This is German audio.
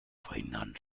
verhindern